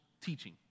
teaching